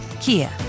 Kia